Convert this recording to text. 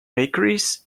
bakeries